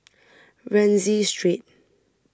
Rienzi Street